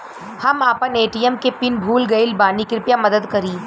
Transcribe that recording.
हम आपन ए.टी.एम के पीन भूल गइल बानी कृपया मदद करी